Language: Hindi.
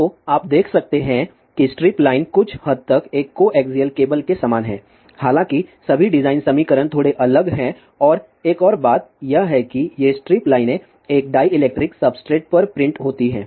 तो आप देख सकते हैं कि स्ट्रिप लाइन कुछ हद तक एक कोएक्सियल केबल के समान है हालाँकि सभी डिज़ाइन समीकरण थोड़े अलग हैं और एक और बात यह है कि ये स्ट्रिप लाइनें एक डाईइलेक्ट्रिक सब्सट्रेट पर प्रिंट होती हैं